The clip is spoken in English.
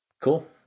Cool